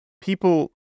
people